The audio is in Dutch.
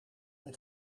mijn